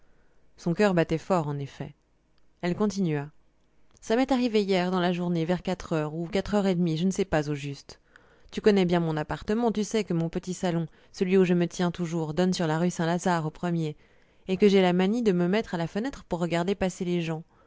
son coeur battait fort en effet elle continua ça m'est arrivé hier dans la journée vers quatre heures ou quatre heures et demie je ne sais pas au juste tu connais bien mon appartement tu sais que mon petit salon celui où je me tiens toujours donne sur la rue saint-lazare au premier et que j'ai la manie de me mettre à la fenêtre pour regarder passer les gens